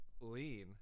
lean